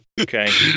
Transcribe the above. Okay